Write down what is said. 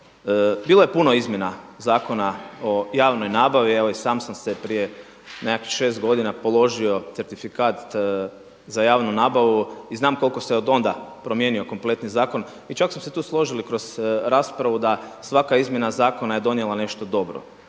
bilo je puno izmjena zakona o javnoj nabavi, evo i sam sam se prije nekakvih 6 godina položio certifikat za javnu nabavu i znam koliko se od onda promijenio kompletni zakon. I čak smo se tu složili kroz raspravu da svaka izmjena zakona je donijela nešto dobro,